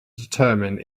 determine